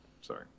sorry